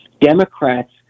Democrats